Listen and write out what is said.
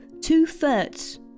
Two-thirds